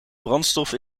brandstof